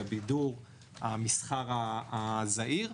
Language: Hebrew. הבידור והמסחר הזעיר.